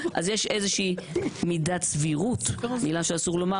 יש איזושהי מידת סבירות מילה שאסור לומר